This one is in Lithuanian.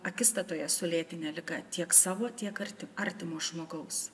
akistatoje su lėtine liga tiek savo tiek arti artimo žmogaus